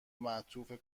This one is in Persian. معطوف